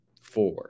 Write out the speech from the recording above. four